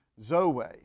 zoe